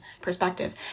perspective